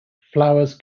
flowers